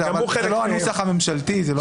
זה לא הנוסח הממשלתי.